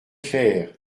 clair